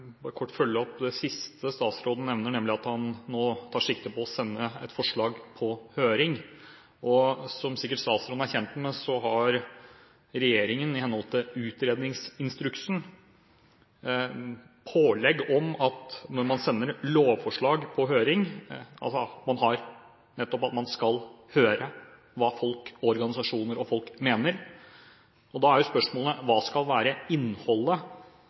kort følge opp det siste statsråden nevner, nemlig at han nå tar sikte på å sende et forslag på høring. Som statsråden sikkert er kjent med, har regjeringen i henhold til utredningsinstruksen pålegg om, når man sender lovforslag på høring, nettopp å høre hva folk og organisasjoner mener. Da er spørsmålet: Hva skal være innholdet